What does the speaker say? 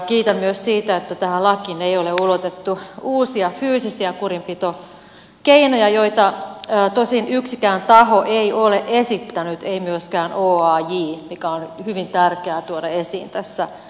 kiitän myös siitä että tähän lakiin ei ole ulotettu uusia fyysisiä kurinpitokeinoja joita tosin yksikään taho ei ole esittänyt ei myöskään oaj mikä on nyt hyvin tärkeää tuoda esiin tässä keskustelussa